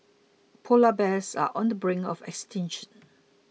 Polar Bears are on the brink of extinction